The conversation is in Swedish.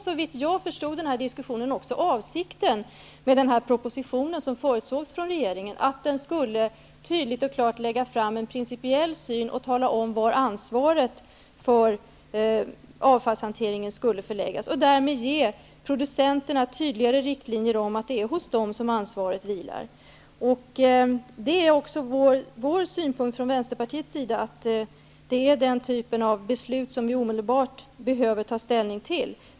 Såvitt jag förstod den här diskussionen var det också avsikten med propositionen som förutsågs från regeringen. Den skulle tydligt och klart lägga fram en principiell syn och tala om var ansvaret för avfallshanteringen skulle förläggas. Därmed skulle producenterna få tydligare riktlinjer om att det är hos dem som ansvaret vilar. Vet är också Vänsterpartiets synpunkt att det är den typen av beslut som vi omedelbart behöver ta ställning till.